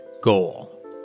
goal